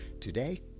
today